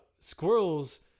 squirrels